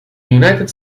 united